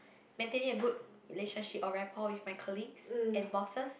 maintaining a good relationship or rapport with my colleague and bosses